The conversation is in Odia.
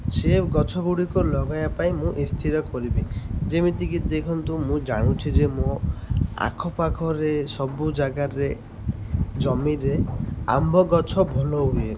ସେ ଗଛଗୁଡ଼ିକ ଲଗାଇବା ପାଇଁ ମୁଁ ସ୍ଥିର କରିବି ଯେମିତିକି ଦେଖନ୍ତୁ ମୁଁ ଜାଣୁଛି ଯେ ମୋ ଆଖପାଖରେ ସବୁ ଜାଗାରେ ଜମିରେ ଆମ୍ବ ଗଛ ଭଲ ହୁଏ